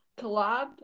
collab